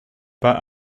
but